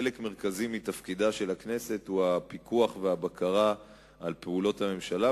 חלק מרכזי מתפקידה של הכנסת הוא הפיקוח והבקרה על פעולות הממשלה,